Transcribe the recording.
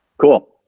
Cool